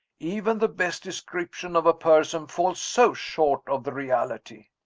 even the best description of a person falls so short of the reality!